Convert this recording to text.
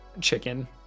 chicken